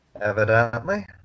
Evidently